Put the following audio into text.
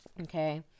Okay